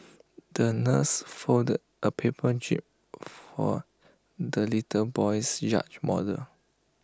the nurse folded A paper jib for the little boy's yacht model